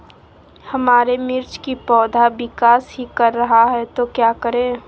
हमारे मिर्च कि पौधा विकास ही कर रहा है तो क्या करे?